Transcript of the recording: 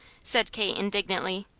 said kate indignantly.